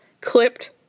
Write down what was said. clipped